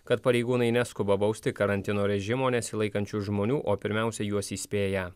kad pareigūnai neskuba bausti karantino režimo nesilaikančių žmonių o pirmiausia juos įspėja